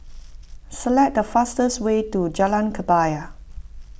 select the fastest way to Jalan Kebaya